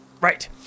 Right